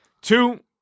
Two